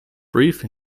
brief